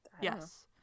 Yes